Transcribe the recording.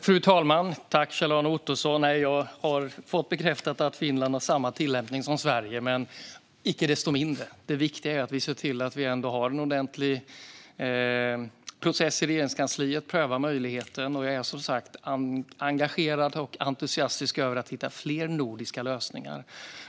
Fru talman och Kjell-Arne Ottosson! Jag har fått bekräftat att Finland har samma tillämpning som Sverige. Men icke desto mindre: Det viktiga är att vi ser till att vi har en ordentlig process i Regeringskansliet och prövar möjligheten, och jag är som sagt engagerad i och entusiastisk över att hitta fler nordiska lösningar.